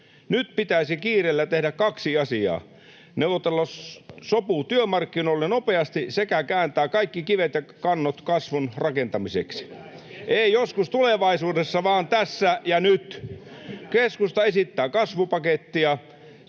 Nyt pitäisi kiireellä tehdä kaksi asiaa: neuvotella sopu työmarkkinoille nopeasti sekä kääntää kaikki kivet ja kannot kasvun rakentamiseksi — ei joskus tulevaisuudessa vaan tässä ja nyt. Keskusta esittää kasvupakettia.